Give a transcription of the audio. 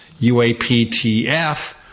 UAPTF